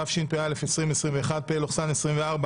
התשפ"א 2021 (פ/296/24),